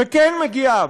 וכן מגיע,